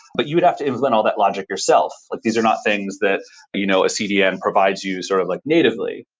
but you would have to implement all that logic yourself. like these are not things that but you know a cdn provides you sort of like natively.